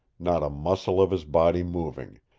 not a muscle of his body moving,